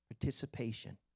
participation